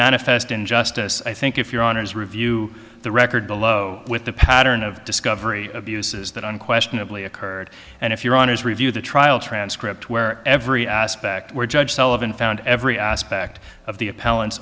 manifest injustice i think if your honour's review the record below with the pattern of discovery abuses that unquestionably occurred and if your honour's review the trial transcript where every aspect were judge sullivan found every aspect of the